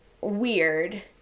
weird